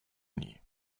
nie